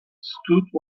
stood